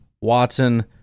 Watson